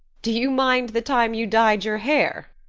do you mind the time you dyed your hair?